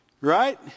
Right